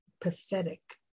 pathetic